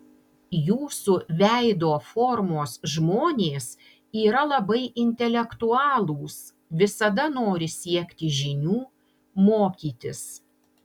jūsų veido formos žmonės yra labai intelektualūs visada nori siekti žinių mokytis